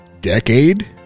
decade